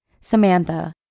Samantha